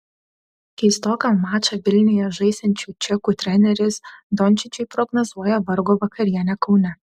keistoką mačą vilniuje žaisiančių čekų treneris dončičiui prognozuoja vargo vakarienę kaune